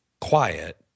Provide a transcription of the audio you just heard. quiet